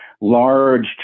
large